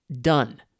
done